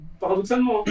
paradoxalement